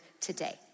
today